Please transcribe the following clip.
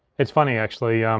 it's funny actually,